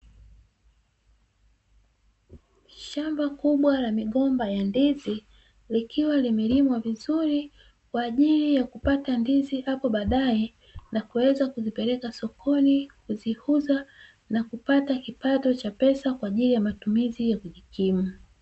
Shamba kubwa la migomba ya ndizi, likiwa limelimwa vizuri kwa ajili ya kupata ndizi hapo baadaye na kuweza kuzipeleka sokoni, kuziuza na kupata kipato cha pesa kwa ajili ya matumizi ya kujikimu.